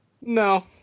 No